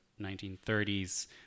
1930s